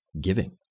giving